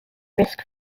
risk